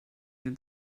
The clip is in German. den